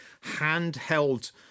handheld